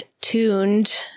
tuned